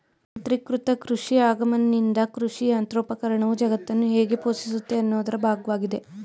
ಯಾಂತ್ರೀಕೃತ ಕೃಷಿ ಆಗಮನ್ದಿಂದ ಕೃಷಿಯಂತ್ರೋಪಕರಣವು ಜಗತ್ತನ್ನು ಹೇಗೆ ಪೋಷಿಸುತ್ತೆ ಅನ್ನೋದ್ರ ಭಾಗ್ವಾಗಿದೆ